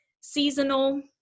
seasonal